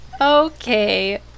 Okay